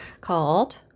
called